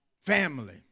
Family